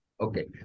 Okay